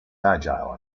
agile